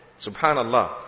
Subhanallah